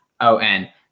O-N